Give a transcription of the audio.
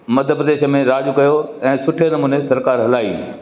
मध्य प्रदेश में राज कयो ऐं सुठे नमूने सरकारु हलाई